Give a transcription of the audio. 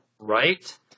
Right